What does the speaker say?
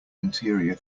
interior